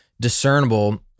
discernible